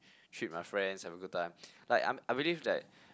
treat my friends have a good time like I I believe that